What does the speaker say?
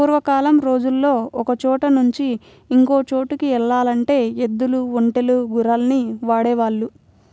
పూర్వకాలం రోజుల్లో ఒకచోట నుంచి ఇంకో చోటుకి యెల్లాలంటే ఎద్దులు, ఒంటెలు, గుర్రాల్ని వాడేవాళ్ళు